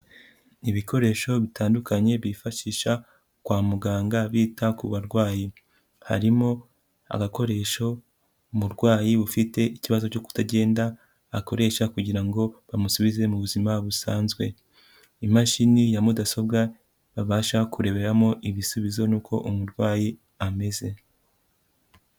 Ibikoresho bitandukanye bifashisha kwa muganga bita ku barwayi, harimo agakoresho umurwayi bufite ikibazo cyo kutagenda akoresha kugira ngo bamusubize mu buzima busanzwe, imashini ya mudasobwa babasha kureberamo ibisubizo n'uko umurwayi ameze.